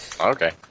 Okay